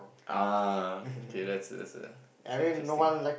ah okay that's that's err that's interesting